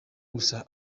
gusa